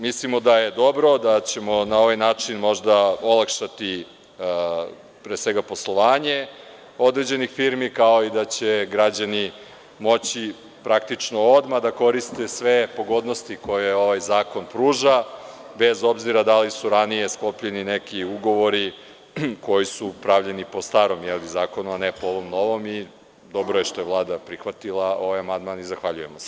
Mislimo da je dobro i da ćemo na ovaj način možda olakšati poslovanje određenih firmi, kao i da će građani moći, praktično, odmah da koriste sve pogodnosti koje ovaj zakon pruža, bez obzira da li su ranije sklopljeni neki ugovori koji su pravljeni po starom zakonu, a ne po ovom novom, i dobro je što je Vlada prihvatila ovaj amandman i zahvaljujem se.